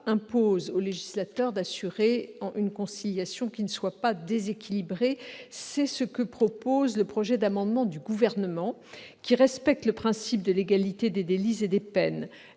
impose au législateur d'assurer une conciliation qui ne soit pas déséquilibrée. C'est ce que propose le Gouvernement par cet amendement, dont la rédaction respecte le principe de légalité des délits et des peines.